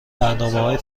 برنامههای